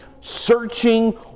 searching